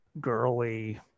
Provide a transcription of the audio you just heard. girly